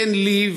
אין לי,